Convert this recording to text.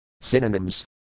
Synonyms